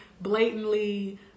blatantly